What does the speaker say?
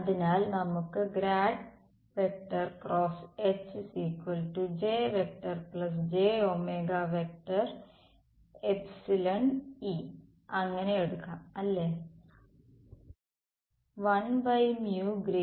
അതിനാൽ നമുക്ക് അങ്ങനെ എടുക്കാം അല്ലേ